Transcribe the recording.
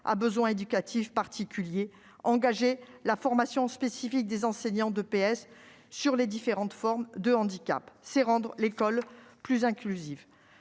à besoins éducatifs particuliers, engager la formation spécifique des enseignants d'éducation physique et sportive sur les différentes formes de handicap, c'est rendre l'école plus inclusive.